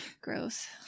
Gross